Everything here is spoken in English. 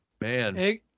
man